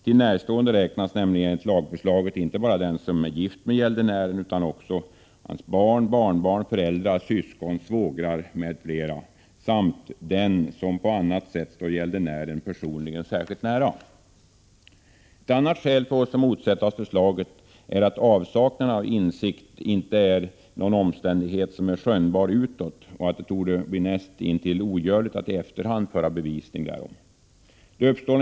Till närstående räknas enligt lagförslaget inte bara den som är gift med gäldenären utan också gäldenärens barn, barnbarn, föräldrar, syskon, svågrar m.fl. samt den som på annat sätt personligen står gäldenären särskilt nära. Ett annat skäl till att vi motsätter oss förslaget är att avsaknaden av insikt inte är någon omständighet som är skönjbar utåt. Det torde bli näst intill ogörligt att i efterhand föra bevisning därom.